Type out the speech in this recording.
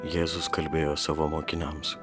jėzus kalbėjo savo mokiniams